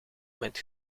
met